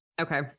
Okay